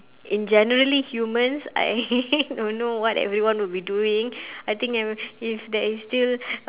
in generally humans I will know what everyone would be doing I think if there is still